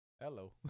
Hello